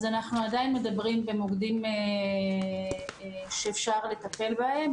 אנחנו עדיין מדברים במוקדים שאפשר לטפל בהם,